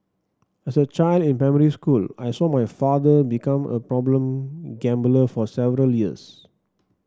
as a child in primary school I saw my father become a problem gambler for several years